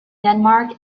denmark